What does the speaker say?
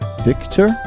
Victor